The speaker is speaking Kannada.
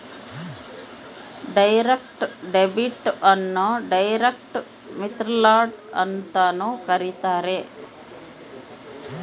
ಡೈರೆಕ್ಟ್ ಡೆಬಿಟ್ ಅನ್ನು ಡೈರೆಕ್ಟ್ ವಿತ್ಡ್ರಾಲ್ ಅಂತನೂ ಕರೀತಾರ